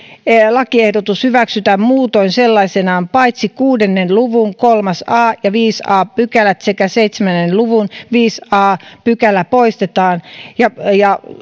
lakiehdotus hyväksytään muutoin sellaisenaan paitsi että kuuden luvun kolmas a ja viides a pykälä sekä seitsemän luvun viides a pykälä poistetaan ja ja